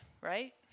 right